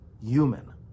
human